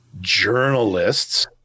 journalists